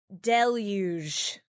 deluge